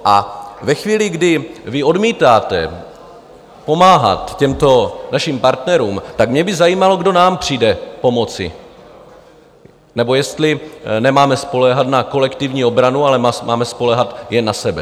A ve chvíli, kdy vy odmítáte pomáhat těmto našim partnerům, tak mě by zajímalo, kdo nám přijde pomoci, nebo jestli nemáme spoléhat na kolektivní obranu, ale máme spoléhat jen na sebe.